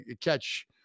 catch